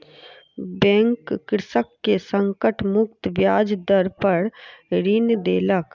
bank कृषक के संकट मुक्त ब्याज दर पर ऋण देलक